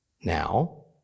now